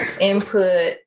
input